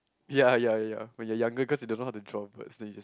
ya ya ya when you're younger cause you don't know how to draw birds then you just